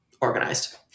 organized